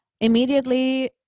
Immediately